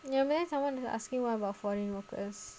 ya maybe someone was asking what about foreign workers